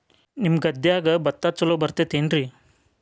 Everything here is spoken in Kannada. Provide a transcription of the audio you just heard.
ನಿಮ್ಮ ಗದ್ಯಾಗ ಭತ್ತ ಛಲೋ ಬರ್ತೇತೇನ್ರಿ?